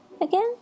again